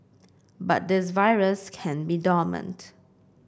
but this virus can be dormant